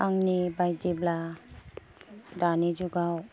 आंनि बायदिब्ला दानि जुगाव